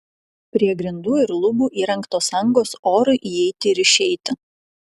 prie grindų ir lubų įrengtos angos orui įeiti ir išeiti